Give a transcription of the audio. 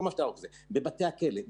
בבתי הכלא,